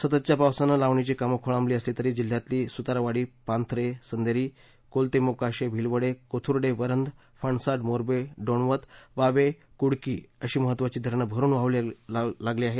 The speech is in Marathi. सततच्या पावसानं लावणीची कामं खोळंबली असली तरी जिल्हयातली सुतारवाडी पांभरे संदेरी कलोते मोकाशी भिलवले कोथुडे वरंध फणसाड मोर्वे डोणवत वावे कुडकी अशी महत्वाची धरणं भरून वाहू लागली आहेत